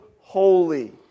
holy